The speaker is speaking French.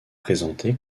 présenté